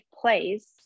place